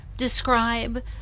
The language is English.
describe